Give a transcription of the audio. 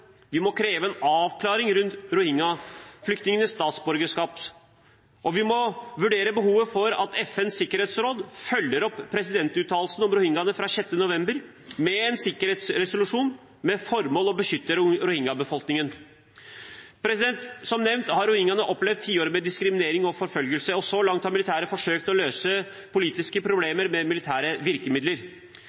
Vi må kreve en avklaring rundt rohingya-flyktningenes statsborgerskap. Vi må vurdere behovet for at FNs sikkerhetsråd følger opp presidentuttalelsen om rohingyaene fra 6. november med en sikkerhetsresolusjon, med det formål å beskytte rohingya-befolkningen. Som nevnt har rohingyaene opplevd tiår med diskriminering og forfølgelse. Så langt har militæret forsøkt å løse politiske problemer med militære virkemidler.